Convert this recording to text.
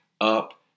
up